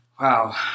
wow